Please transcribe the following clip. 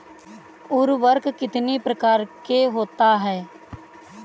उर्वरक कितनी प्रकार के होता हैं?